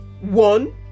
one